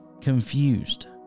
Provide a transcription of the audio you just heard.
confused